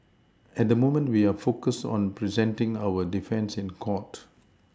at the moment we are focused on presenting our defence in court